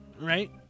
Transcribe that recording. right